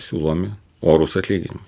siūlomi orūs atlyginimai